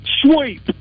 Sweep